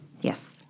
Yes